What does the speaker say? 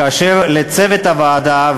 ולצוות הוועדה,